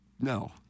No